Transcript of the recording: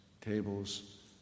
table's